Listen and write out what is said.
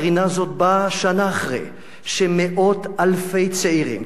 קרינה זאת באה שנה אחרי שמאות אלפי צעירים,